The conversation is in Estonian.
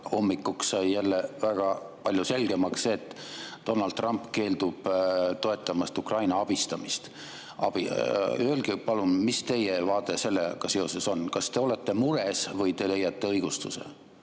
hommikuks sai jälle väga palju selgemaks, et Donald Trump keeldub toetamast Ukraina abistamist. Öelge palun, mis on teie vaade sellega seoses. Kas te olete mures või te leiate õigustuse?